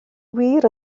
wir